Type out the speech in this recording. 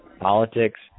politics